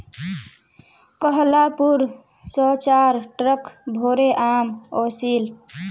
कोहलापुर स चार ट्रक भोरे आम ओसील